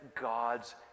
God's